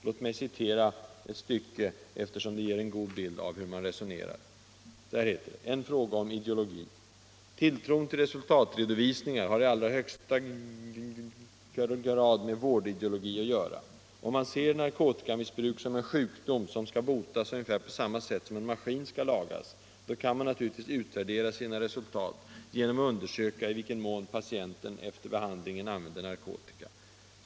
Låt mig citera ett stycke, eftersom det ger en god bild av hur man resonerar: ”En fråga om ideologi Tilltron till resultatredovisningar har i allra högsta grad med vårdideologi att göra. Om man ser narkotikamissbruk som en sjukdom som skall botas ungefär på samma sätt som en maskin skall lagas, då kan man naturligtvis utvärdera sina resultat genom att undersöka i vilken mån patienten efter behandlingen använder narkotika.